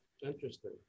Interesting